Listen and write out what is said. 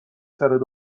سرت